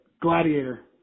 Gladiator